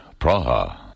Praha